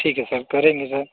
ठीक है सर करेंगे सर